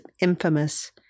infamous